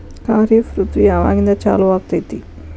ಖಾರಿಫ್ ಋತು ಯಾವಾಗಿಂದ ಚಾಲು ಆಗ್ತೈತಿ?